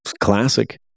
Classic